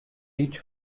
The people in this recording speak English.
each